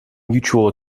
mutual